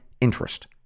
interest